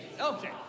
Okay